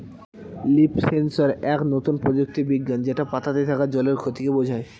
leaf sensor এক নতুন প্রযুক্তি বিজ্ঞান যেটা পাতাতে থাকা জলের ক্ষতিকে বোঝায়